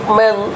men